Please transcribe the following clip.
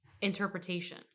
interpretation